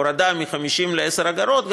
הורדה מ-50 ל-10 אגורות,